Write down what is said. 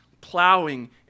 plowing